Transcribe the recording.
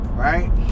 Right